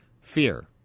fear